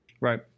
Right